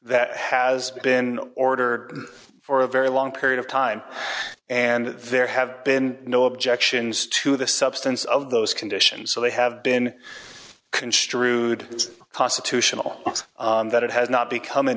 that has been ordered for a very long period of time and there have been no objections to the substance of those conditions so they have been construed it's possible that it has not become an